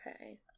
Okay